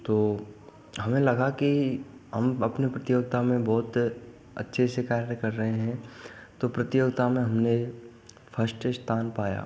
तो हमें लगा कि हम अपने प्रतियोगिता में बहुत अच्छे से कार्य कर रहे हैं तो प्रतियोगिता में हमने फर्स्ट स्थान पाया